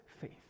faith